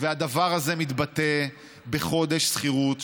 והדבר הזה מתבטא בחודש שכירות,